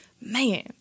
man